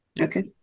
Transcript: Okay